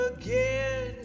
again